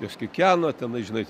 jos kikena tenai žinai